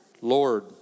Lord